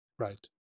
Right